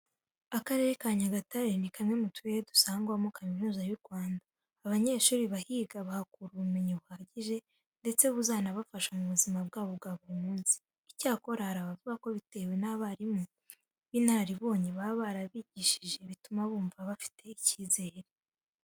Akarere ka Nyagatare ni kamwe mu turere dusangamo Kaminuza y'u Rwanda. Abanyeshuri bahiga bahakura ubumenyi buhagije, ndetse buzanabafasha mu buzima bwabo bwa buri munsi. Icyakora hari abavuga ko bitewe n'abarimu b'inararibonye baba barabigishije bituma bumva bafite icyizere.